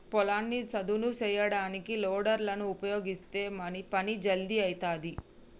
పొలాన్ని సదును చేయడానికి లోడర్ లను ఉపయీగిస్తే పని జల్దీ అయితది